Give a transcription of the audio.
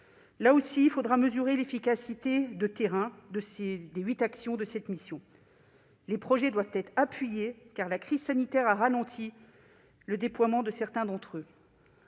Il faudra également mesurer l'efficacité de terrain des huit actions de cette mission. Les projets doivent être appuyés, car la crise sanitaire a ralenti le déploiement de certains d'entre eux.